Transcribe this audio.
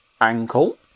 Ankle